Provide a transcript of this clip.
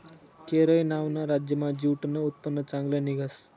केरय नावना राज्यमा ज्यूटनं उत्पन्न चांगलं निंघस